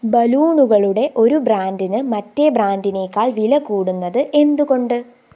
ബലൂണുകളുടെ ഒരു ബ്രാൻഡിന് മറ്റേ ബ്രാൻഡിനേക്കാൾ വിലകൂടുന്നത് എന്തുകൊണ്ട്